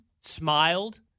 smiled